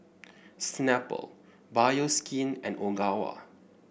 Snapple Bioskin and Ogawa